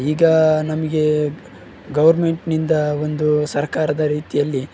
ಈಗ ನಮಗೆ ಗೌರ್ಮೆಂಟ್ನಿಂದ ಒಂದು ಸರ್ಕಾರದ ರೀತಿಯಲ್ಲಿ